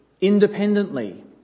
independently